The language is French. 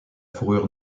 fourrure